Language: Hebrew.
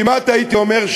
כמעט הייתי אומר,